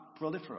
proliferate